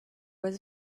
was